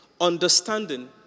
understanding